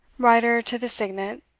writer to the signet,